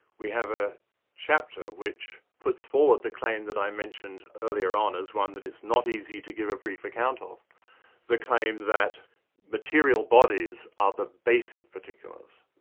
we have a chapter which puts forward the claim that i mentioned earlier on as one that it's not easy to give a brief account ah of the claim that material bodies are the basic particulars.